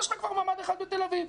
יש לך כבר ממ"ד אחד בתל אביב,